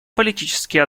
политические